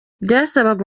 byasabaga